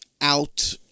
out